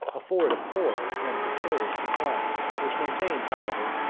afford a poor and precarious supply, which maintains, however,